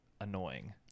annoying